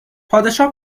پادشاه